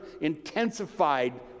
intensified